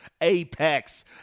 Apex